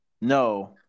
No